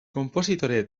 konpositore